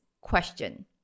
question